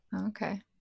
okay